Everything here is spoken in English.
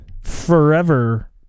forever